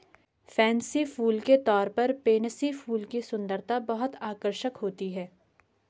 fancy फूल के तौर पर पेनसी फूल की सुंदरता बहुत आकर्षक होती है